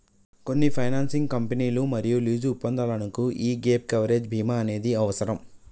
కొన్ని ఫైనాన్సింగ్ కంపెనీలు మరియు లీజు ఒప్పందాలకు యీ గ్యేప్ కవరేజ్ బీమా అనేది అవసరం